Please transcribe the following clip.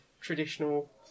traditional